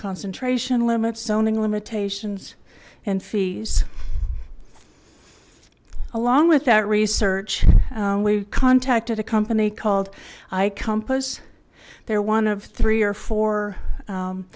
concentration limits zoning limitations and fees along with that research we contacted a company called i compass they're one of three or four